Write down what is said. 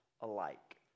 alike